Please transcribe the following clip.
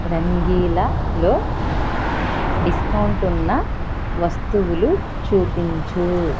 రంగీలాలో discount ఉన్న వస్తువులు చూపించు